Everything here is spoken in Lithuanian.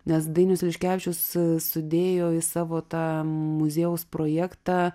nes dainius liškevičius sudėjo į savo tą muziejaus projektą